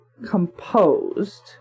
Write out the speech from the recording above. composed